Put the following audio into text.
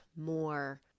more